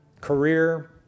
career